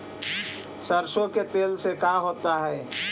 सरसों के तेल से का होता है?